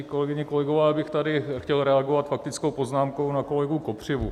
Kolegyně, kolegové, já bych tady chtěl reagovat faktickou poznámkou na kolegu Kopřivu.